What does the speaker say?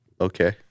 Okay